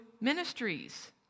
ministries